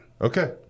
Okay